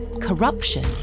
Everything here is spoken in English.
corruption